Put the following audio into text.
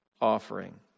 offering